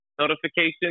notification